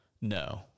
No